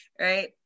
right